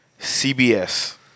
CBS